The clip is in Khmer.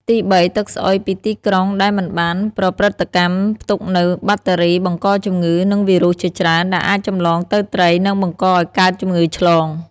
ទីបី ទឹកស្អុយពីទីក្រុងដែលមិនបានប្រព្រឹត្តកម្ម ផ្ទុកនូវបាក់តេរីបង្កជំងឺ និងវីរុសជាច្រើន ដែលអាចចម្លងទៅត្រី និងបង្កឱ្យកើតជំងឺឆ្លង។